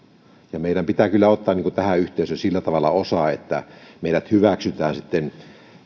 ja meidän pitää kyllä ottaa tähän yhteisöön sillä tavalla osaa että meidät hyväksytään sitten